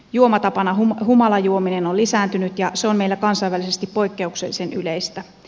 juomatapana humalajuominen on lisääntynyt ja se on meillä kansainvälisesti poikkeuksellisen yleistä